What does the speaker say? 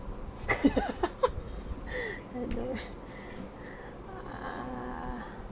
I know err